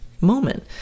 moment